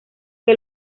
que